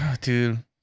dude